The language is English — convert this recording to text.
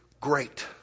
great